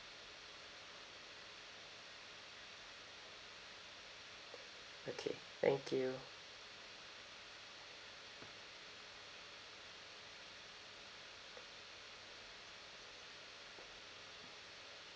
okay thank you